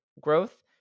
growth